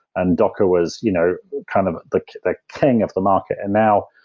and docker was you know kind of the the king of the market. and now,